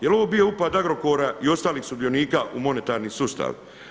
Jel' ovo bio upad Agrokora i ostalih sudionika u monetarni sustav?